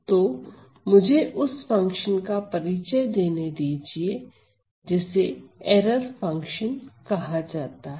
तो मुझे उस फंक्शन का परिचय देने दीजिए जिसे एरर फंक्शन कहा जाता है